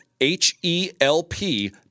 H-E-L-P